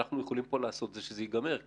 אנחנו יכולים לעשות כדי שזה יסתיים כי